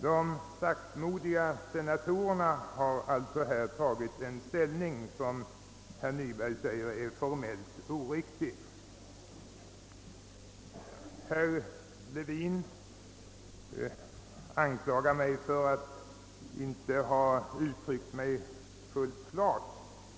De saktmodiga senatorerna har alltså här intagit en ställning som herr Nyberg anser vara formellt oriktig. Herr Levin anklagar mig för att inte ha uttryckt mig fullt klart.